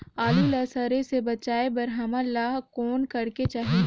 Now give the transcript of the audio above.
आलू ला सड़े से बचाये बर हमन ला कौन करेके चाही?